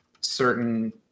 certain